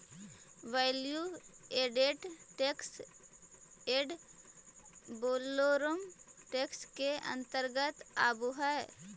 value added tax ad valorem tax के अंतर्गत आवऽ हई